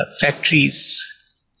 factories